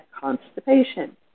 constipation